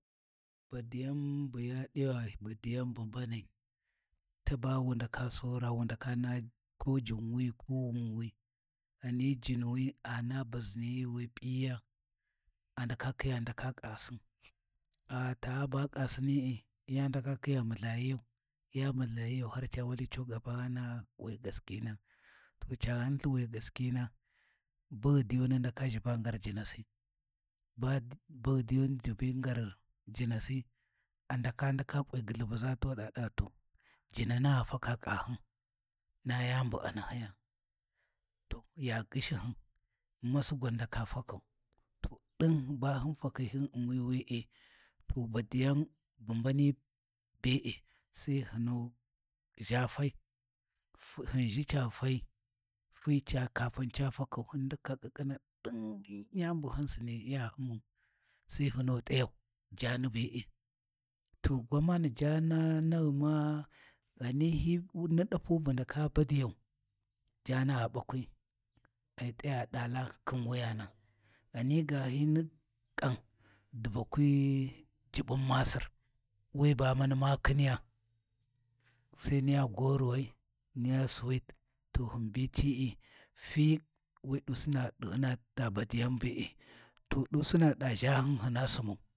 Badiyan bu yaɗi badiyan bu mbanai, taba wu ndaka Sora wu ndaka naha ko Jinwi ko Wunwi, ghani Jinuwi a na baʒiniyi wi P’iyiya a ndaka khiya ndaka kasin gha ta ba kasini’i ya ndaka khiya mulhayi’yau, ya mulhayiyau har ca wali cuga ba ghana wi gaskina. To Ca ghanlthi wi gaskina, baghyi diyuni ndaka zhiba ngar Jinasi, ba baghyi diyuni ʒhibi ngar jinasi, a ndaka ndaka kwi ghulhubuʒa tuɗa ɗa to Jinana gha faka ƙahyin na yani bu a nahiya, to ya gyushihun, masi gwan ndaka fakau, to ɗin ba hin fakhi hyin U’mi we’e, to badiyan bu mbani be’e. Sai hyi nu zha fai hin ʒhi ca fai kafun ca fakau hin ndaka ƙhiƙhina ɗin, yani bu hin sini ya U’mau, Sai hinu t’ayau jaani be’e. To gwamani Jaana naghuma ghani hyi ni ɗapu bu ndaka badiyau, Jaana gha bakwi, ai t’aya d’aala khin wuyana. Ghani ga hini kam dibakwi Juɓɓun masir we ba mani ma khiniya, sai niya goruwai niya Sweet to hin bi ci’i, fi wi dusina ɗighina ta badiyan be’e. To ɗusina ɗa ʒhahin hina simau.